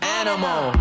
animal